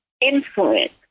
influence